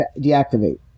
deactivate